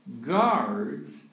guards